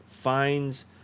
finds